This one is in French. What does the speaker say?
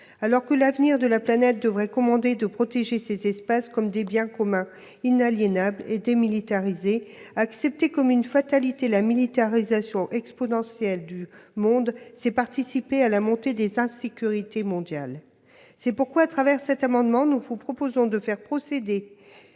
Alors que l'avenir de la planète devrait commander de protéger ces espaces comme des biens communs inaliénables et démilitarisés, accepter comme une fatalité la militarisation exponentielle du monde revient à participer à la montée des insécurités mondiales. C'est pourquoi nous vous proposons de faire précéder